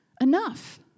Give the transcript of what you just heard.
Enough